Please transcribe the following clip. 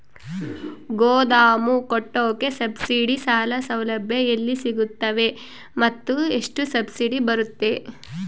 ಗೋದಾಮು ಕಟ್ಟೋಕೆ ಸಬ್ಸಿಡಿ ಸಾಲ ಸೌಲಭ್ಯ ಎಲ್ಲಿ ಸಿಗುತ್ತವೆ ಮತ್ತು ಎಷ್ಟು ಸಬ್ಸಿಡಿ ಬರುತ್ತೆ?